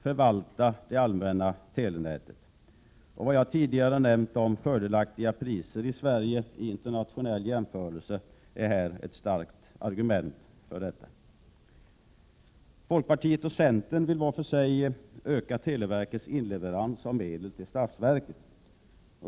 Det jag tidigare nämnt om de i internationell jämförelse fördelaktiga priserna i Sverige utgör här ett starkt argument för detta. Folkpartiet och centern vill var för sig öka televerkets inleverans av medel till statsverket.